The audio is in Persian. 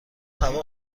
هوا